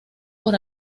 por